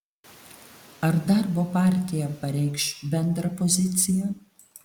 ar darbo partija pareikš bendrą poziciją